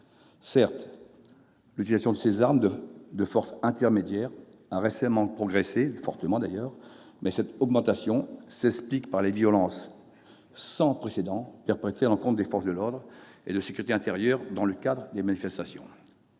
Certes, l'utilisation de ces armes de force intermédiaire a récemment progressé dans de fortes proportions, mais cette augmentation s'explique par les violences sans précédent perpétrées à l'encontre des forces de sécurité intérieure dans le cadre des manifestations.